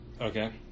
Okay